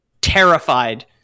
terrified